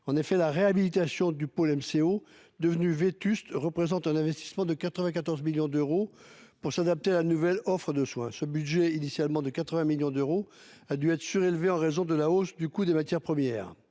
En effet, la réhabilitation du pôle MCO, devenu vétuste, implique un investissement de 94 millions d'euros, qui doit permettre de s'adapter à la nouvelle offre de soins. Ce budget, initialement fixé à 80 millions d'euros, a dû être réévalué en raison de la hausse du coût des matières premières.